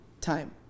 time